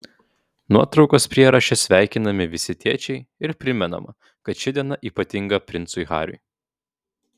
nuotraukos prieraše sveikinami visi tėčiai ir primenama kad ši diena ypatinga princui hariui